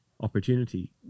opportunity